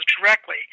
directly